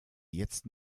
jetzt